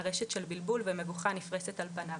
ארשת של בבלול ומבוכה נפרשת על פניו.